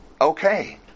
okay